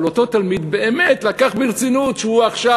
אבל אותו תלמיד באמת לקח ברצינות שהוא עכשיו